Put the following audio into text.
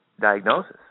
diagnosis